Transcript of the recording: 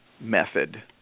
method